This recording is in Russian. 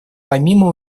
помимо